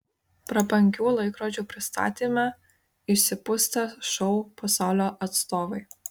prabangių laikrodžių pristatyme išsipustę šou pasaulio atstovai